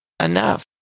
Enough